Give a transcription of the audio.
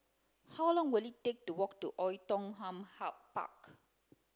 how long will it take to walk to Oei Tiong Ham Park